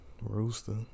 Rooster